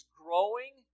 growing